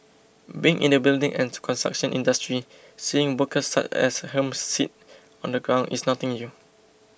being in the building and construction industry seeing workers such as him sit on the ground is nothing new